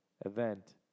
event